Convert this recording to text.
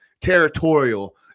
territorial